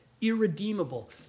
irredeemable